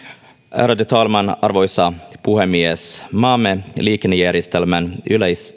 ärade talman arvoisa puhemies maamme liikennejärjestelmän